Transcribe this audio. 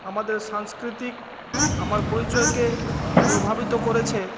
আমাদের সাংস্কৃতিক আমার পরিচয়কে প্রভাবিত করেছে